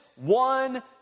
one